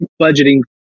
budgeting